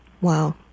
Wow